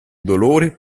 dolore